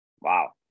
wow